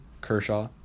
Kershaw